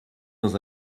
dans